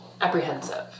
Apprehensive